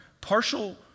partial